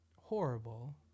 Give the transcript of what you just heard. horrible